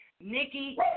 Nikki